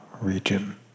region